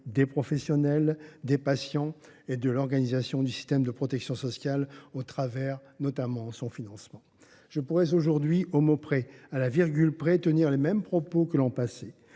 des professionnels, des patients et de l’organisation du système de protection sociale, au travers notamment de son financement. Je pourrais aujourd’hui, au mot près, à la virgule près, tenir les mêmes propos que l’an passé.